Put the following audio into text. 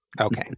Okay